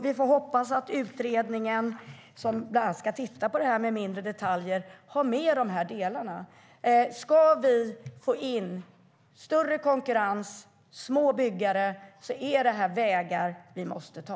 Vi får hoppas att utredningen som bland annat ska titta på det här med mindre detaljer har med de här delarna. Ska vi få in större konkurrens och små byggare är det den här vägen vi måste ta.